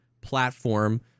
platform